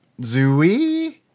Zooey